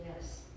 Yes